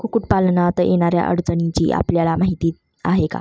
कुक्कुटपालनात येणाऱ्या अडचणींची आपल्याला माहिती आहे का?